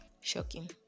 Shocking